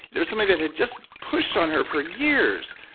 it was something that had just pushed on her for years.